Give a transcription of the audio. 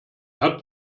hat